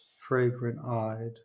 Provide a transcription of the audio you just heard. fragrant-eyed